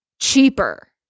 cheaper